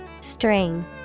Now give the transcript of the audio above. String